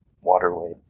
waterway